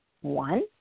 One